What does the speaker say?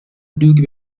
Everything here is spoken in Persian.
دوگ